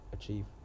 achieve